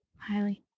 Highly